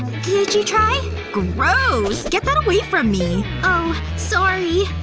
could you try? gross get that away from me oh. sorry.